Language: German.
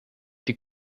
die